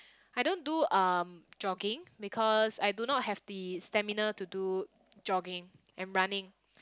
I don't do um jogging because I do not have the stamina to do jogging and running